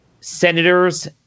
senators